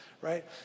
right